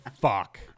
fuck